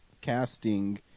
casting